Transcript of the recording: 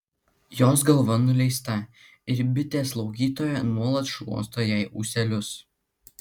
jos galva nuleista ir bitė slaugytoja nuolat šluosto jai ūselius